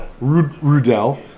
Rudel